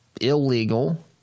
illegal